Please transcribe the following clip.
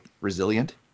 resilient